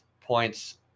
Points